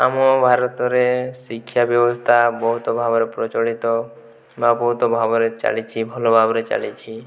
ଆମ ଭାରତରେ ଶିକ୍ଷାବ୍ୟବସ୍ଥା ବହୁତ ଭାବରେ ପ୍ରଚଳିତ ବା ବହୁତ ଭାବରେ ଚାଲିଛି ଭଲ ଭାବରେ ଚାଲିଛି